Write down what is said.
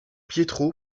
pietro